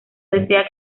desea